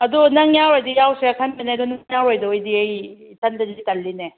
ꯑꯗꯣ ꯅꯪ ꯌꯥꯎꯔꯗꯤ ꯌꯥꯎꯁꯤꯔꯥ ꯈꯟꯕꯅꯦ ꯑꯗꯣ ꯅꯪ ꯌꯥꯎꯔꯣꯏꯗꯣꯏ ꯑꯣꯏꯔꯗꯤ ꯑꯩ ꯏꯊꯟꯗ ꯑꯣꯏꯔꯗꯤ ꯇꯟꯂꯤꯅꯦ